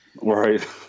Right